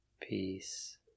Peace